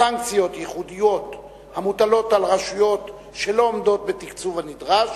סנקציות ייחודיות המוטלות על רשויות שלא עומדות בתקצוב הנדרש,